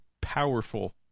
powerful